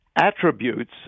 attributes